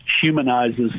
humanizes